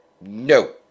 No